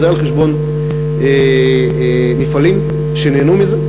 זה על חשבון מפעלים שנהנו מזה.